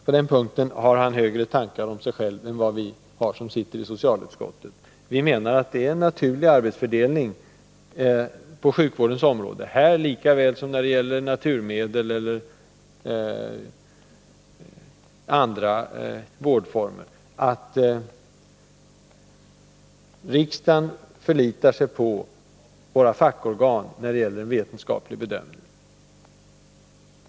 På den punkten har han högre tankar om sig själv än vad vi har som sitter i socialutskottet. Vi menar att det är en naturlig arbetsfördelning på sjukvårdens område — här lika väl som i fråga om naturmedel eller andra vårdformer — att riksdagen förlitar sig på våra fackorgan när det gäller en vetenskaplig bedömning.